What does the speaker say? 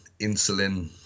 insulin